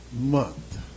month